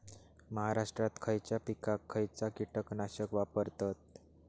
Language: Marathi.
महाराष्ट्रात खयच्या पिकाक खयचा कीटकनाशक वापरतत?